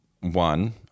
One